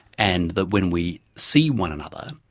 and that when we see one another,